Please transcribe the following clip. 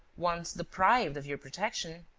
once deprived of your protection,